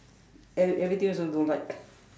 e~ everything also don't like